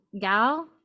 gal